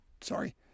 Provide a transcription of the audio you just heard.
Sorry